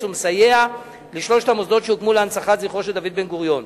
ומסייע לשלושת המוסדות שהוקמו להנצחת זכרו של דוד בן-גוריון.